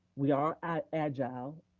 we are agile,